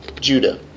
Judah